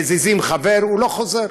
מזיזים חבר, הוא לא חוזר,